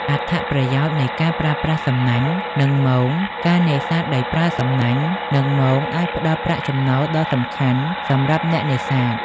អត្ថប្រយោជន៍នៃការប្រើប្រាស់សំណាញ់ និងមងការនេសាទដោយប្រើសំណាញ់ និងមងអាចផ្តល់ប្រាក់ចំណូលដ៏សំខាន់សម្រាប់អ្នកនេសាទ។